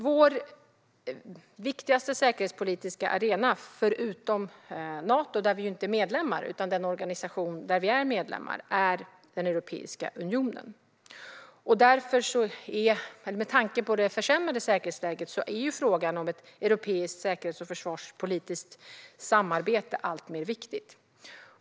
Sveriges viktigaste säkerhetspolitiska arena, förutom Nato som vi dock inte är medlemmar i, är Europeiska unionen, som ju är en organisation som vi är medlemmar i. Med tanke på det försämrade säkerhetsläget är frågan om ett europeiskt säkerhets och försvarspolitiskt samarbete alltmer viktig.